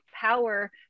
power